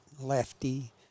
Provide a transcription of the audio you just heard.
Lefty